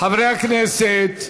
חברי הכנסת,